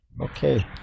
Okay